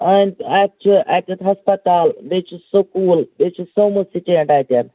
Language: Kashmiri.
آ اَتہِ چھِ اَتیتھ ہَسپَتال بیٚیہِ چھُ سکوٗل بیٚیہِ چھُ سوموٗ سِٹینٛڈ اَتیٚن